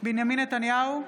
בנימין נתניהו,